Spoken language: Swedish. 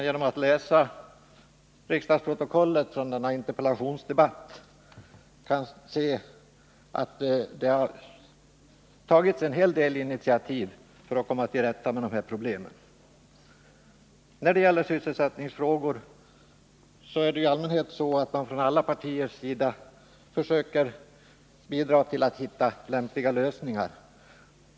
Genom att läsa riksdagsprotokollet från den nämnda interpellationsdebatten kan man se att det har tagits en hel del initiativ för att komma till rätta med dessa problem. När det gäller sysselsättningsfrågor är det i allmänhet så att man från alla partiers sida försöker bidra till att hitta lämpliga lösningar.